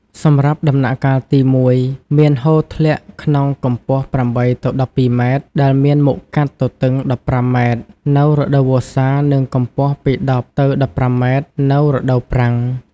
សម្រាប់់ដំណាក់ទី១ មានហូរធ្លាក់ក្នុងកម្ពស់ ៨ ទៅ ១២ម៉ែត្រ ដែលមានមុខកាត់ទទឹង ១៥ម៉ែត្រ នៅរដូវវស្សា និងកម្ពស់ពី១០ ទៅ ១៥ម៉ែត្រ នៅរដូវប្រាំង។